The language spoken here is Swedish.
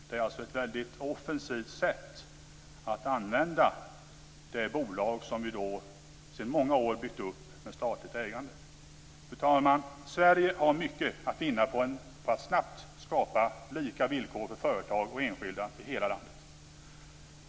Det är alltså ett mycket offensivt sätt att använda det bolag som vi sedan många år byggt upp genom statligt ägande. Fru talman! Sverige har mycket att vinna på att snabbt skapa lika villkor för företag och enskilda i hela landet.